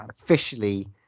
officially